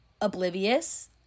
oblivious